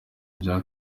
bya